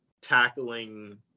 tackling